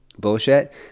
bullshit